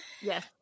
Yes